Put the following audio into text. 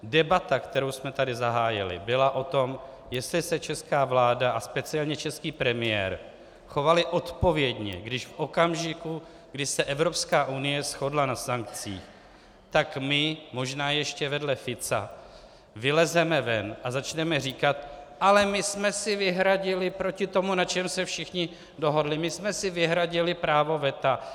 Debata, kterou jsme tady zahájili, byla o tom, jestli se česká vláda a speciálně český premiér chovali odpovědně, když v okamžiku, kdy se Evropská unie shodla na sankcích, tak my, možná ještě vedle Fica, vylezeme ven a začneme říkat: Ale my jsme si vyhradili proti tomu, na čem se všichni dohodli, my jsme si vyhradili právo veta.